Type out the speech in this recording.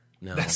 No